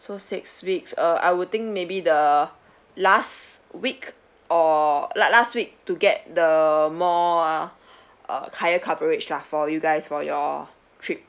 so six weeks uh I would think maybe the last week or like last week to get the more ah uh higher coverage lah for you guys for your trip